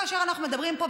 כאשר אנחנו מדברים פה,